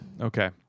Okay